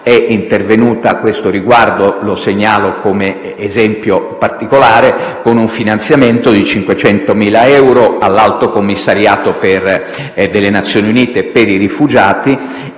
è intervenuta a questo riguardo - lo segnalo come esempio particolare - con un finanziamento di 500.000 euro all'Alto commissariato delle Nazioni Unite per i rifugiati,